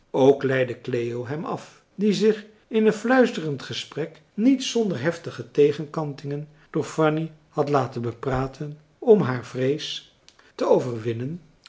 ook leidde cleo hem af die zich in een fluisterend gesprek niet zonder heftige tegenkantingen door fanny had laten bepraten om haar vrees te overwinnen